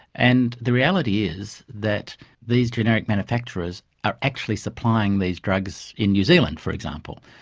and the reality is that these generic manufacturers are actually supplying these drugs in new zealand, for example.